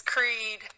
Creed